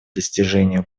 достижение